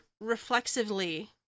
reflexively